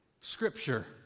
Scripture